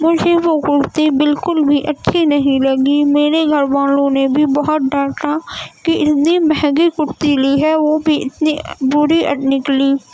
مجھے وہ کرتی بالکل بھی اچھی نہیں لگی میرے گھر والوں نے بھی بہت ڈانٹا کہ اتنی مہنگی کرتی لی ہے وہ بھی اتنی بری نکلی